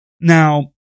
Now